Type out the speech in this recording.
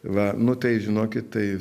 va nu tai žinokit tai